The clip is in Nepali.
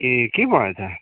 ए के भएछ